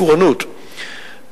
לפורענות,